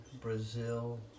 Brazil